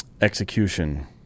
execution